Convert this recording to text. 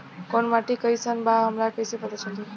कोउन माटी कई सन बा हमरा कई से पता चली?